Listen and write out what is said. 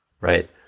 right